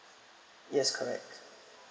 yes correct